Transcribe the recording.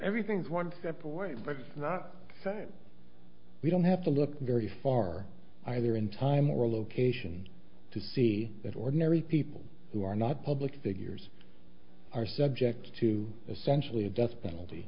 everything is one step away but it's not that we don't have to look very far either in time or location to see that ordinary people who are not public figures are subject to essentially a death penalty